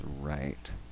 right